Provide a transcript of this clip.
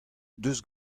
deus